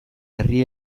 herri